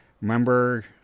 Remember